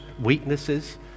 weaknesses